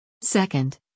second